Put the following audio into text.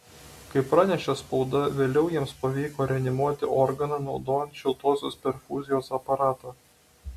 kaip pranešė spauda vėliau jiems pavyko reanimuoti organą naudojant šiltosios perfuzijos aparatą